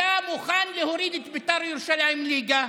הוא היה מוכן להוריד את בית"ר ירושלים ליגה,